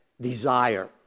desire